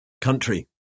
Country